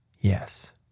Yes